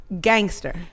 gangster